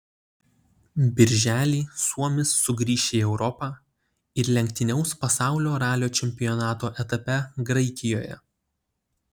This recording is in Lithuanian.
birželį suomis sugrįš į europą ir lenktyniaus pasaulio ralio čempionato etape graikijoje